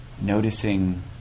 noticing